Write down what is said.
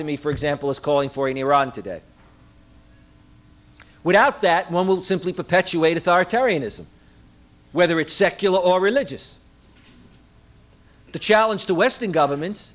to me for example is calling for in iran today without that one will simply perpetuate authoritarianism whether it's secular or religious the challenge to western governments